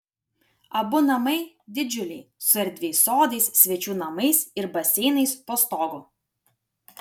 abu namai didžiuliai su erdviais sodais svečių namais ir baseinais po stogu